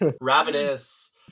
Ravenous